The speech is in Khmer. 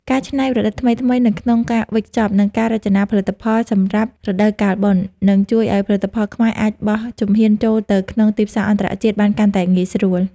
ការច្នៃប្រឌិតថ្មីៗនៅក្នុងការវេចខ្ចប់ និងការរចនាផលិតផលសម្រាប់រដូវកាលបុណ្យ នឹងជួយឱ្យផលិតផលខ្មែរអាចបោះជំហានចូលទៅក្នុងទីផ្សារអន្តរជាតិបានកាន់តែងាយស្រួល។